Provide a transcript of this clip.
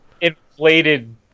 Inflated